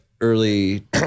early